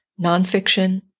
nonfiction